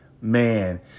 man